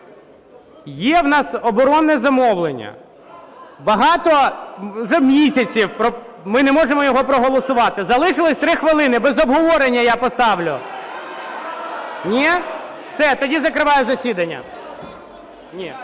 Є в нас оборонне замовлення, багато вже місяців ми не можемо його проголосувати, залишилось 3 хвилини, без обговорення я поставлю? (Шум в залі) Ні? Все. Тоді закриваю засідання.